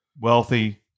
wealthy